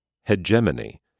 Hegemony